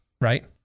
right